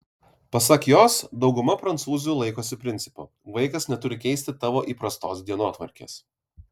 pasak jos dauguma prancūzių laikosi principo vaikas neturi keisti tavo įprastos dienotvarkės